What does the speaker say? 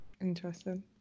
Interesting